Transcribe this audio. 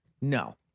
no